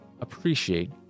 appreciate